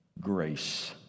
grace